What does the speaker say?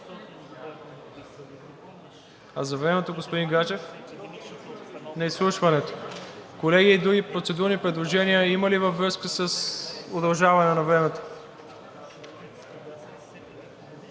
А за времето, господин Гаджев? На изслушването. Колеги, други процедурни предложения има ли във връзка с удължаване на времето?